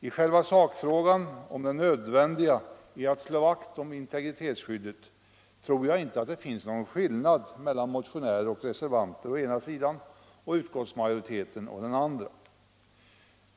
I själva sakfrågan om nödvändigheten av att slå vakt om integritetsskyddet tror jag inte att det finns någon skillnad mellan motionärer och reservanter å den ena sidan och utskottsmajoriteten å den andra.